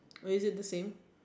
or is it the same